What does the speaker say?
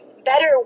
better